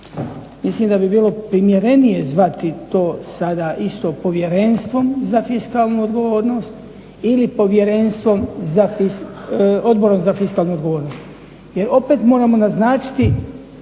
Mislim da bi bilo primjerenije zvati to sada isto povjerenstvom za fiskalnu odgovornost ili povjerenstvom Odbora za fiskalnu odgovornost jer opet moramo naznačiti